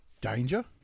danger